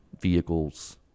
vehicles